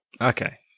Okay